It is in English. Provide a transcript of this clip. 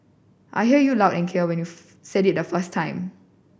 I hear you loud and clear when you said it the first time